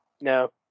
no